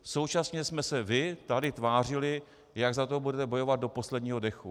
Současně jste se vy tady tvářili, jak za to budete bojovat do posledního dechu.